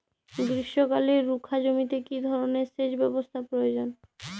গ্রীষ্মকালে রুখা জমিতে কি ধরনের সেচ ব্যবস্থা প্রয়োজন?